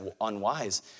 unwise